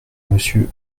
monsieur